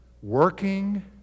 Working